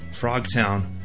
Frogtown